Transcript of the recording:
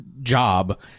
job